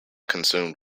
consumed